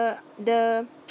the the